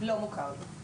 לא מוכר לי.